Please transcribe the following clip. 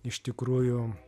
iš tikrųjų